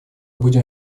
будем